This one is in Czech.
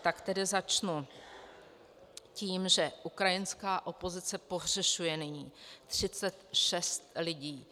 Tak tedy začnu tím, že ukrajinská opozice pohřešuje nyní 36 lidí.